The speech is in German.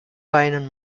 weinen